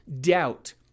doubt